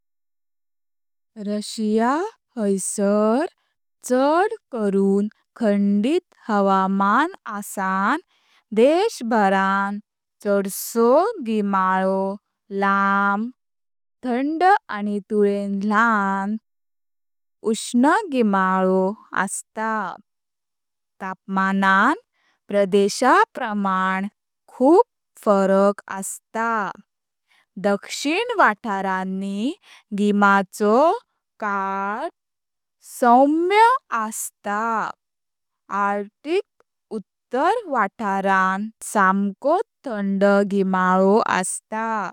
रशिया हैसार चड करून खंडित हवाामान आशान देश भरांत चडसो गीमाळो लाम, थंड आनी तुलें ल्हान, उष्ण गीमाळो आसता, तापमानांत प्रदेशा प्रमाण खूप फरक आसता। दक्षिण वाथारणी गीमाचो काल सौम्य आसता आर्क्टिक उत्तर वाथरांत समकोट थंड गीमाळो आसता।